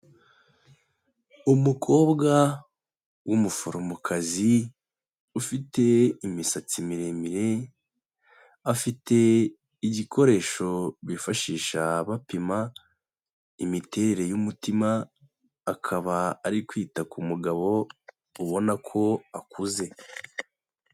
Umukobwa w'umuforomokazi ufite imisatsi miremire, afite igikoresho bifashisha bapima imiterere y'umutima, akaba ari kwita ku mugabo ubona ko akuze.